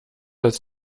als